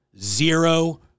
zero